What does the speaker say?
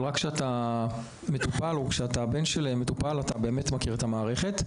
אבל רק כאשר אתה מטופל או בן של מטופל אתה באמת מכיר את המערכת.